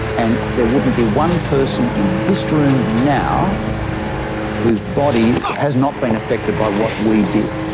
and there wouldn't be one person in this room now whose body has not been affected by what we did.